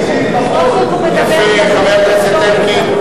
יפה, חבר הכנסת אלקין.